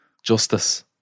Justice